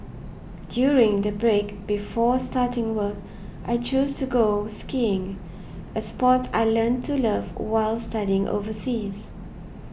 during the break before starting work I chose to go skiing a sport I learnt to love while studying overseas